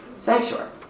Sanctuary